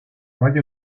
valle